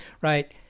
right